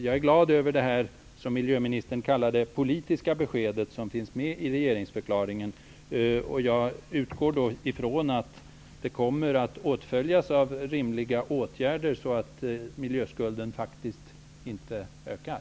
Jag är glad över det som miljöministern kallar för det politiska beskedet i regeringsförklaringen. Jag utgår från att det kommer att åtföljas av rimliga åtgärder så att miljöskulden faktiskt inte ökar.